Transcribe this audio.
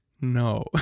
no